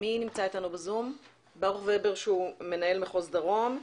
שהוא מנהל מחוז דרום,